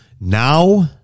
Now